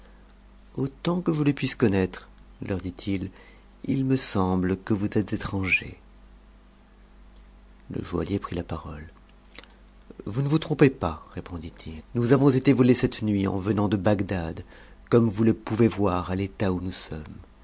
autant que je le puis connaître teur dit-il il me semble que vous êtes étrangers le joaillier prit la parole vous ne vous trompez pas réponditrit nous avons été volés cette nuit en venant de bagdad comme vous le pou vez voir à l'état où nous sommes